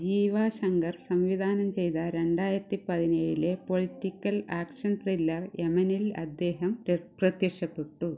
ജീവ ശങ്കർ സംവിധാനം ചെയ്ത രണ്ടായിരത്തി പതിനേഴിലെ പൊളിറ്റിക്കൽ ആക്ഷൻ ത്രില്ലർ യമനിൽ അദ്ദേഹം പ്ര പ്രത്യക്ഷപ്പെട്ടു